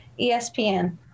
espn